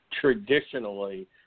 traditionally